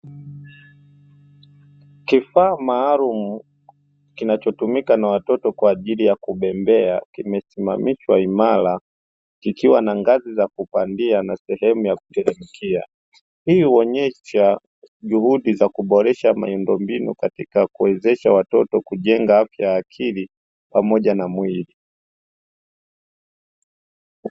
Kifaa maalumu kinachotumiwa na watoto kwa ajili ya kubembea kimesimamishwa imara kikiwa na ngazi za kupandia na sehemu ya kuremkia. Hii huonyesha juhudi za kuboresha miundombinu katika kuwezesha watoto kujenga afya ya akili pamoja na mwili.